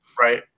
Right